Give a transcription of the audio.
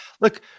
Look